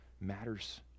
matters